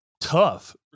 tough